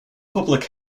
public